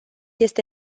este